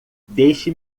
deixe